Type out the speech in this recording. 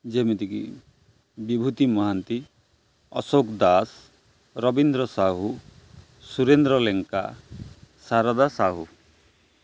ଯେମିତିକି ବିଭୂତି ମହାନ୍ତି ଅଶୋକ ଦାସ ରବୀନ୍ଦ୍ର ସାହୁ ସୁରେନ୍ଦ୍ର ଲେଙ୍କା ସାରଦା ସାହୁ